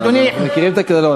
אנחנו מכירים את התקנון.